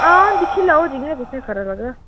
हां दिक्खी लैओ जि'यां तुसें ई खरा लगदा